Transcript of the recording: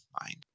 mind